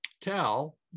tell